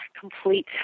complete